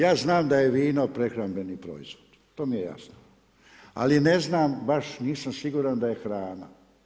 Ja znam da je vino prehrambeni proizvod, to mi je jasno ali ne znam baš, nisam siguran da je hrana.